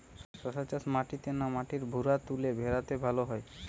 শশা চাষ মাটিতে না মাটির ভুরাতুলে ভেরাতে ভালো হয়?